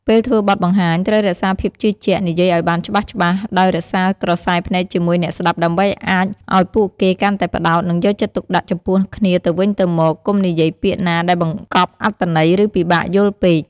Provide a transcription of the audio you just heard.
ពេលធ្វើបទបង្ហាញ ត្រូវរក្សាភាពជឿជាក់ និយាយឱ្យបានច្បាស់ៗ ដោយរក្សាក្រសែភ្នែកជាមួយអ្នកស្តាប់ដើម្បីអាចឱ្យពួកគេកាន់តែផ្តោត និងយកចិត្តទុកដាក់ចំពោះគ្នាទៅវិញទៅមក កុំនិយាយពាក្យណាដែលបង្កប់អត្ថន័យឬពិបាកយល់ពេក។